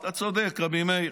אתה צודק, רבי מאיר.